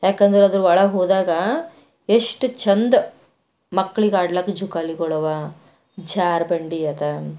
ಯಾಕಂದ್ರೆ ಅದ್ರೊಳಗೆ ಹೋದಾಗ ಎಷ್ಟು ಚೆಂದ ಮಕ್ಳಿಗಾಡ್ಲಾಕ್ಕೆ ಜೋಕಾಲಿಗಳವ ಜಾರುಬಂಡಿ ಅದ